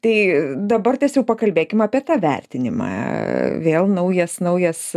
tai dabartės jau pakalbėkim apie tą vertinimą vėl naujas naujas